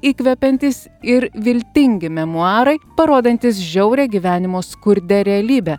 įkvepiantys ir viltingi memuarai parodantys žiaurią gyvenimo skurde realybę